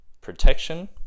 protection